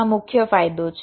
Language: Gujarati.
આ મુખ્ય ફાયદો છે